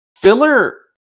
filler